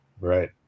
Right